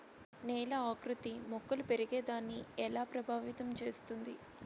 నేల ఆకృతి మొక్కలు పెరిగేదాన్ని ఎలా ప్రభావితం చేస్తుంది?